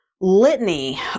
litany